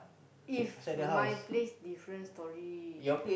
if my place different story